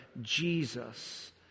Jesus